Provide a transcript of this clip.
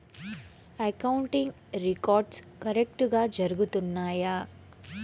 accounting records కరెక్టుగా జరుగుతున్నాయా